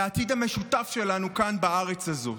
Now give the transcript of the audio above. לעתיד המשותף שלנו כאן בארץ הזאת.